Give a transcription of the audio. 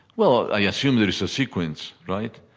well, i assume there's a sequence, right?